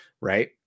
right